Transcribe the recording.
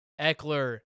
Eckler